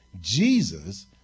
Jesus